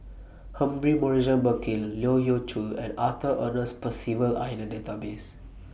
Humphrey Morrison Burkill Leu Yew Chye and Arthur Ernest Percival Are in The Database